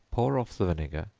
pour off the vinegar,